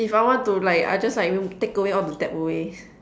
if I want to like I'll just like take away all the debt away